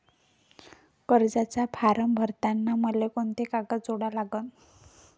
कर्जाचा फारम भरताना मले कोंते कागद जोडा लागन?